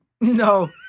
no